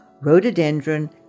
rhododendron